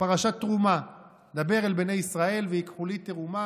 פרשת תרומה: "דבר אל בני ישראל ויִקחו לי תרומה